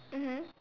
mmhmm